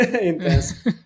intense